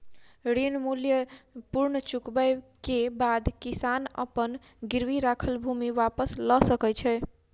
ऋण मूल्य पूर्ण चुकबै के बाद किसान अपन गिरवी राखल भूमि वापस लअ सकै छै